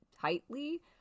tightly